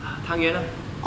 汤圆 ah